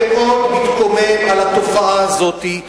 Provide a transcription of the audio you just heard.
שמאוד מתקומם על התופעה הזאת,